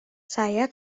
saya